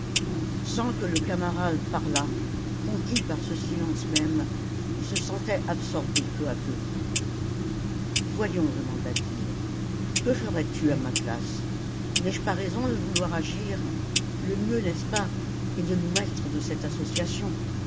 sans que le camarade parlât conquis par ce silence même il se sentait absorbé peu à peu voyons demanda-t-il que ferais-tu à ma place n'ai-je pas raison de vouloir agir le mieux n'est-ce pas est de nous mettre de cette association